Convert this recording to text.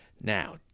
Now